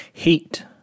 Heat